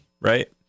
right